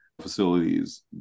facilities